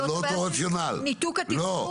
זה לא אותו רציונל, לא,